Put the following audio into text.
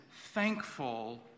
thankful